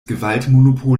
gewaltmonopol